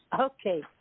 okay